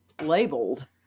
labeled